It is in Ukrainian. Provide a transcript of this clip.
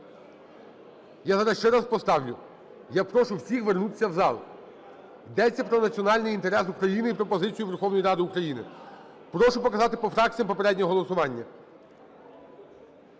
Я зараз ще раз поставлю, я прошу всіх вернутися в зал. Йдеться про національний інтерес України і пропозицію Верховної Ради України. Прошу показати по фракціях попереднє голосування.